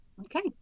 Okay